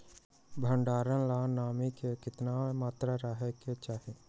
भंडारण ला नामी के केतना मात्रा राहेके चाही?